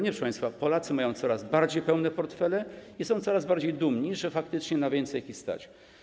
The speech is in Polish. Nie, proszę państwa, Polacy mają coraz bardziej pełne portfele i są coraz bardziej dumni, że faktycznie na więcej ich stać.